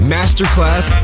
Masterclass